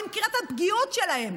אני מכירה את הפגיעות שלהם.